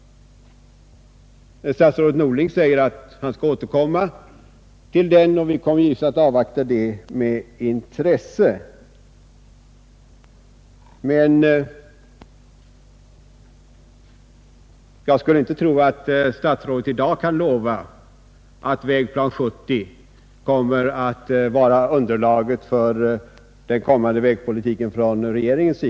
Statsrådet Norling säger att han skall återkomma till den, och vi avvaktar givetvis detta med intresse, men jag skulle inte tro att statsrådet i dag kan lova att Vägplan 70 kommer att vara underlaget för regeringens vägpolitik.